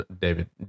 David